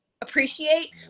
appreciate